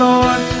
Lord